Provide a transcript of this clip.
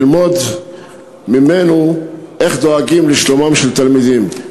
צריך ללמוד ממנו איך דואגים לשלומם של תלמידים.